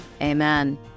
Amen